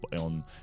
on